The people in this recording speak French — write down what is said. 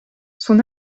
son